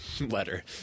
letter